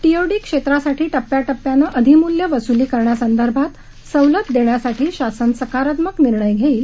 TOD क्षेत्रासाठी टप्प्या टप्प्याने अधिमूल्य वसुली करण्यासंदर्भात सवलत देण्यासाठी शासन सकारात्मक निर्णय घेईल